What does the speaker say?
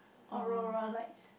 Aurora like